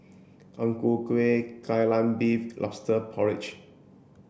Ang Ku Kueh Kai Lan Beef lobster porridge